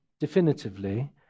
definitively